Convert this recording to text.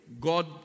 God